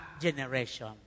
generation